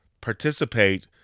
participate